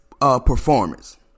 performance